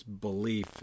belief